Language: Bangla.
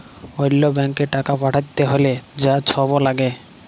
অল্য ব্যাংকে টাকা পাঠ্যাতে হ্যলে যা ছব ল্যাগে